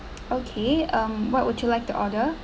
okay um what would you like to order